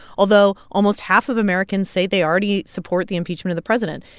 although, almost half of americans say they already support the impeachment of the president.